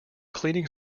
cleaning